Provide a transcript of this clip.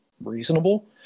reasonable